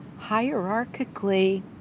hierarchically